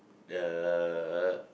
the